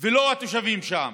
ולא התושבים שם.